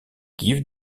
guides